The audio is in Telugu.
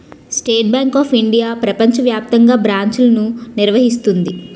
స్టేట్ బ్యాంక్ ఆఫ్ ఇండియా ప్రపంచ వ్యాప్తంగా బ్రాంచ్లను నిర్వహిస్తుంది